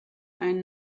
einen